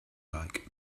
like